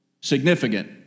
significant